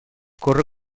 corre